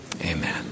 Amen